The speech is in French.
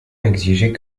exigeait